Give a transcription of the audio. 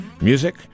music